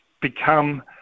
become